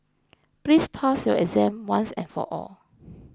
please pass your exam once and for all